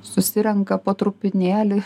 susirenka po trupinėlį